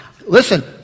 Listen